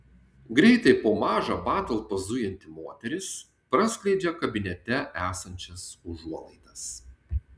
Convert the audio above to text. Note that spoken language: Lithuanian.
greitai po mažą patalpą zujanti moteris praskleidžia kabinete esančias užuolaidas